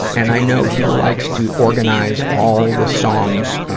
and i know he likes to organize all the songs, ah,